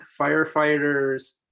firefighters